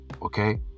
Okay